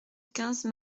quinze